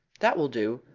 that will do.